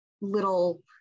little